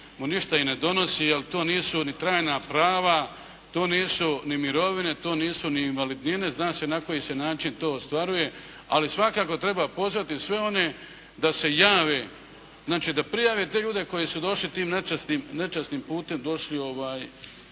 ništa ni ne donosi jer to nisu ni trajna prava, to nisu ni mirovine, to nisu ni invalidnine. Zna se na koji se način to ostvaruje. Ali svakako treba pozvati sve one da se jave, znači da prijave te ljude koji su došli tim nečasnim putem došli do